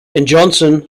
johnston